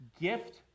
gift